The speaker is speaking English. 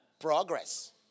Progress